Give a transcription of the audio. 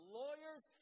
lawyers